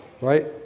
right